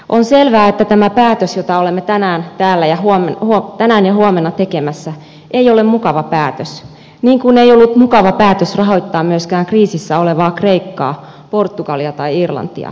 on selvää että tämä päätös jota olemme täällä tänään ja huomenna tekemässä ei ole mukava päätös niin kuin ei ollut mukava päätös rahoittaa myöskään kriisissä olevaa kreikkaa portugalia tai irlantia